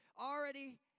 already